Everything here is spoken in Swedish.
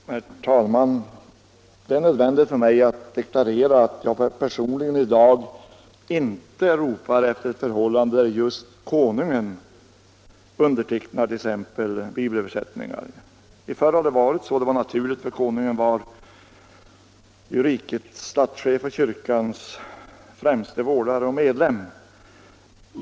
Herr talman! Det är nödvändigt för mig att deklarera att jag personligen inte strävar efter att just konungen skall underteckna t.ex. bibelöversättningar. Förr var det så, och det var naturligt eftersom konungen var rikets statschef och kyrkans främste vårdare och medlem.